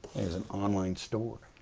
there's an online store.